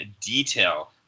detail